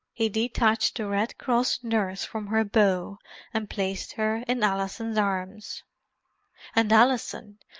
he detached the red cross nurse from her bough and placed her in alison's arms and alison,